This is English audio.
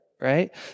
right